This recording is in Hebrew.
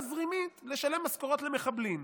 בעיה תזרימית לשלם משכורות למחבלים.